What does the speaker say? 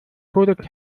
kodex